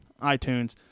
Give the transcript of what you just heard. iTunes